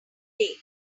day